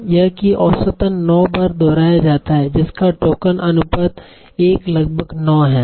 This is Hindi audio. यह कि औसतन 9 बार दोहराया जाता है जिसका टोकन अनुपात 1 लगभग 9 है